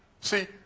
See